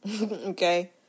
Okay